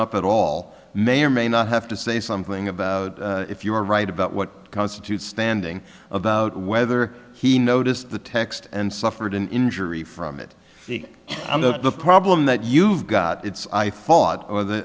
up at all may or may not have to say something about if you are right about what constitutes standing about whether he noticed the text and suffered an injury from it and the problem that you've got it's i thought